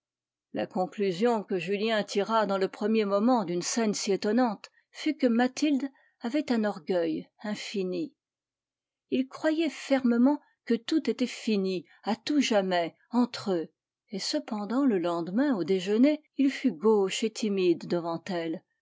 la conclusion que julien tira dans le premier moment d'une scène si étonnante fut que mathilde avait un orgueil infini il croyait fermement que tout était fini à tout jamais entre eux et cependant le lendemain au déjeuner il fut gauche et timide devant elle